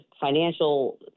financial